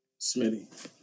Smitty